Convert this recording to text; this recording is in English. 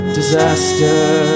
disaster